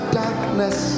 darkness